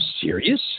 serious